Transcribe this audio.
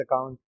account